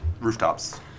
rooftops